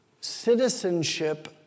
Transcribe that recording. citizenship